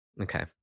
Okay